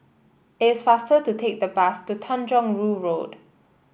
it is faster to take the bus to Tanjong Rhu Road